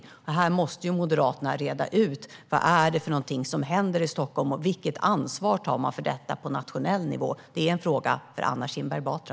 Moderaterna måste reda ut vad det är som händer i Stockholm och vilket ansvar man tar för detta på nationell nivå. Det är en fråga för Anna Kinberg Batra.